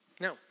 No